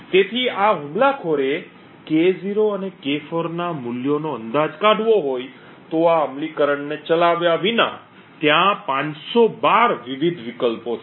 તેથી જો આ હુમલાખોરે K0 અને K4 ના મૂલ્યોનો અંદાજ કાઢવો હોય તો આ અમલીકરણને ચલાવ્યા વિના ત્યાં 512 વિવિધ વિકલ્પો છે